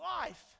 life